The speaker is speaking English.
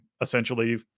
essentially